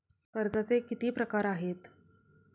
कर्जाचे किती प्रकार आहेत?